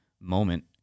moment